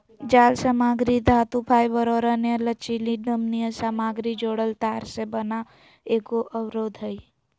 जालसामग्री धातुफाइबर और अन्य लचीली नमनीय सामग्री जोड़ल तार से बना एगो अवरोध हइ